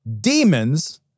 demons